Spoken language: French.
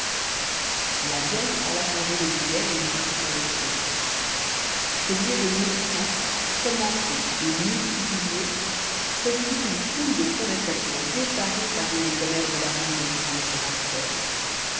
la vieille alla changer le billet et fit ses conjectures ce billet de mille francs commenté et multiplié produisit une foule de conversations effarées parmi les commères de la rue des